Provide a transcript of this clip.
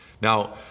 Now